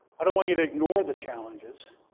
i don't want you to ignore the challenges.